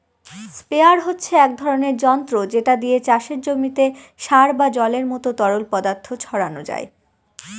sprayer হচ্ছে এক ধরণের যন্ত্র যেটা দিয়ে চাষের জমিতে সার বা জলের মত তরল পদার্থ ছড়ানো যায়